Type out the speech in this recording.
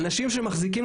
לאנשים שמחזיקים,